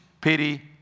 pity